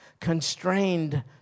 Constrained